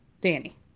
Danny